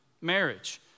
marriage